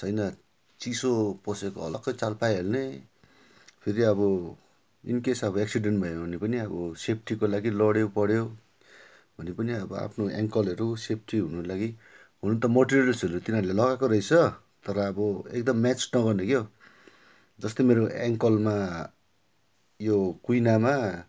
छैन चिसो पसेको अलग्गै चाल पाइहाल्ने फेरि अब इनकेस अब एक्सिडेन्ट भयो भने पनि अब सेफ्टिको लागि लड्यो पड्यो भने पनि अब आफ्नो एङ्कलहरू सेफ्टी हुनुको लागि हुनु त मटेरियल्सहरू तिनीहरूले लगाएको रहेछ तर अब एकदम म्याच न गर्ने क्या हो जस्तै मेरो एङ्कलमा यो कुइनामा